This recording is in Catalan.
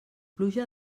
pluja